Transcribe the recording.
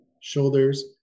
shoulders